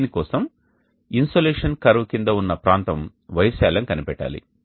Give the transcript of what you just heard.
దీనికోసం insolation curve కింద ఉన్న ప్రాంతం వైశాల్యం కనిపెట్టాలి